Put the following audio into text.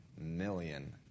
million